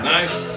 Nice